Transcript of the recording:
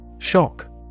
Shock